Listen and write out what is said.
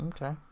Okay